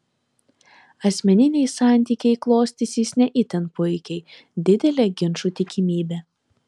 asmeniniai santykiai klostysis ne itin puikiai didelė ginčų tikimybė